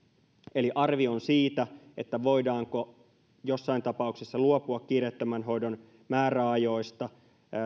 eli arvion siitä voidaanko jossain tapauksessa luopua kiireettömän hoidon määräajoista